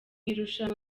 irushanwa